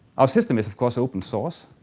our system is, of course, open source.